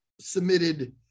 submitted